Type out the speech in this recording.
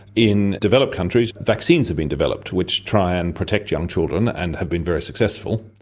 in developed countries vaccines have been developed which try and protect young children and have been very successful.